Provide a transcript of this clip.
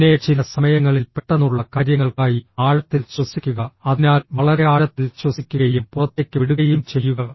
പിന്നെ ചില സമയങ്ങളിൽ പെട്ടെന്നുള്ള കാര്യങ്ങൾക്കായി ആഴത്തിൽ ശ്വസിക്കുക അതിനാൽ വളരെ ആഴത്തിൽ ശ്വസിക്കുകയും പുറത്തേക്ക് വിടുകയും ചെയ്യുക